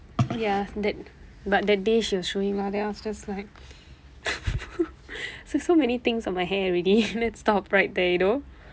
ya that but that day she was showing lah then I was just like so so many things on my hair already let's stop right there you know